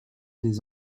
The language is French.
des